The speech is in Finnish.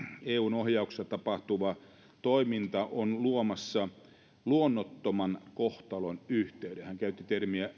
eun ohjauksessa tapahtuva toiminta on luomassa luonnottoman kohtalonyhteyden hän käytti termiä